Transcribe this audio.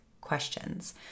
questions